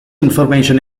information